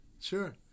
Sure